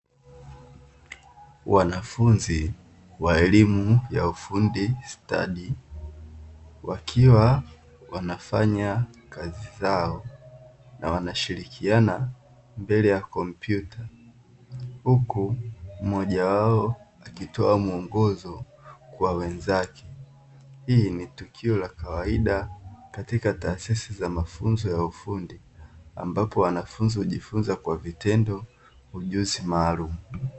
Wanafunzi wa elimu ya ufundi stadi wakiwa wanafanya kazi zao na wanashirikiana mbele ya kompyuta, huku mmoja wao akitoa muongozo kwa wenzake. Hii ni tukio la kawaida katika taasisi za mafunzo ya ufundi ambapo wanafunzi hujifunza kwa vitendo ujuzi maalumu.